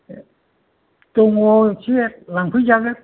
दङ एसे लांफैजागोन